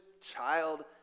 child